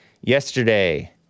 yesterday